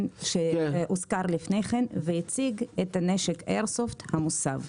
שהוזכר לפני כן, והציג את הנשק איירסופט המוסב.